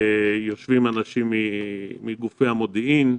יושבים אנשים מגופי המודיעין,